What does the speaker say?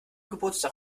geburtstag